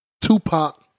Tupac